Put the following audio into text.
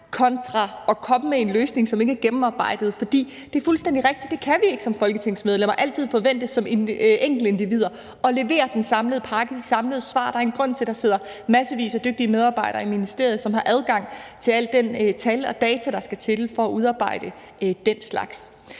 kontra det at komme med en løsning, som ikke er gennemarbejdet, for det er fuldstændig rigtigt, at vi ikke som folketingsmedlemmer og som enkeltindivider altid kan forventes at levere den samlede pakke, det samlede svar. Der er en grund til, at der sidder massevis af dygtige medarbejdere i ministeriet, som har adgang til alle de tal og data, der skal til for at udarbejde den slags.